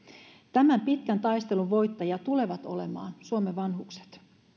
tämän pitkän taistelun voittajia tulevat olemaan suomen vanhukset